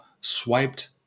swiped